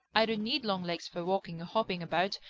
i don't need long legs for walking or hopping about,